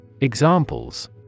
Examples